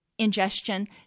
ingestion